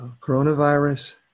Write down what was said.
coronavirus